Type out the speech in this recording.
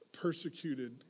persecuted